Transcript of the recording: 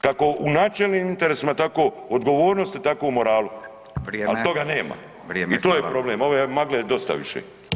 Kako u načelnim interesima, tako odgovornosti, tako u moralu, ali [[Upadica: Vrijeme.]] toga nema [[Upadica: Vrijeme.]] i to je problem, ove magle je dosta više.